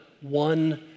one